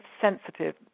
sensitive